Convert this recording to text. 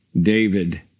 David